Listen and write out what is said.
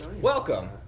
Welcome